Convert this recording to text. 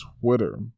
Twitter